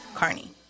Carney